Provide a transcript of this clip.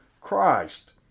Christ